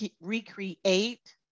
recreate